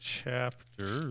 chapter